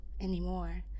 anymore